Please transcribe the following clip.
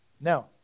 Now